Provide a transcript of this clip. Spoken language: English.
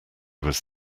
was